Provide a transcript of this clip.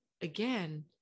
again